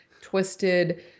twisted